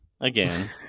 Again